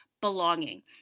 belonging